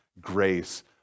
grace